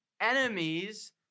enemies